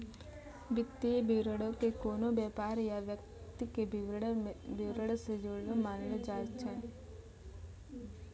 वित्तीय विवरणो के कोनो व्यापार या व्यक्ति के विबरण से जुड़लो मानलो जाय छै